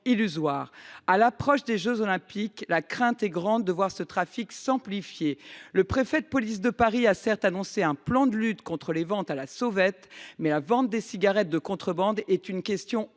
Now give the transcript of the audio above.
illusoires. À l’approche des jeux Olympiques, la crainte est grande de voir ce trafic s’amplifier. Le préfet de police de Paris a certes annoncé un plan de lutte contre les ventes à la sauvette, mais la vente des cigarettes de contrebande est un problème